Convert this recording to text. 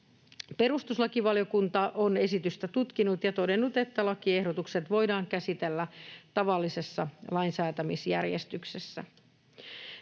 perustuslakivaliokunta on esitystä tutkinut ja todennut, että lakiehdotukset voidaan käsitellä tavallisessa lainsäätämisjärjestyksessä.